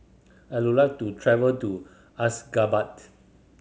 I would like to travel to Ashgabat